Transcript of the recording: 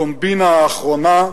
בקומבינה האחרונה,